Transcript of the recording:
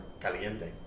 Caliente